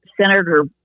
Senator